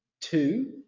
Two